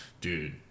dude